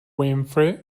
winfrey